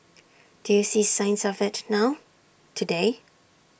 do you see signs of IT now today